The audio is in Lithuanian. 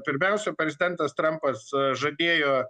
pirmiausia prezidentas trampas žadėjo